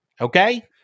Okay